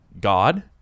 God